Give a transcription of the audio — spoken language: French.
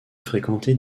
fréquenter